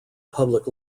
public